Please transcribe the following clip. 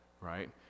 right